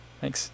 thanks